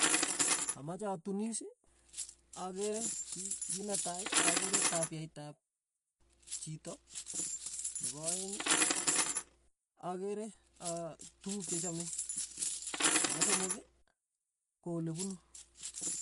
Amache atunis, akere ki- kit netai akere tapiet ap chito, nepo aeng'akere aa tukuk che chame, nepo somok ko ole punu.